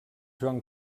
joan